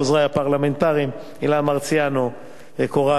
לעוזרי הפרלמנטריים אילן מרסיאנו וקורל